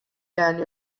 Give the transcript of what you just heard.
annually